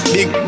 Big